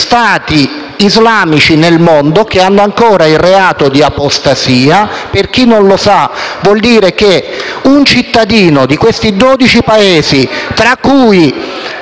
Stati islamici nel mondo che hanno ancora il reato di apostasia, che, per chi non lo sa, vuol dire che un cittadino di quei dodici Paesi, tra cui...